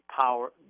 power